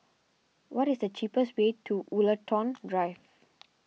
what is the cheapest way to Woollerton Drive